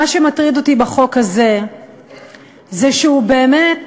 מה שמטריד אותי בחוק הזה זה שהוא באמת